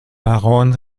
baron